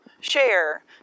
Share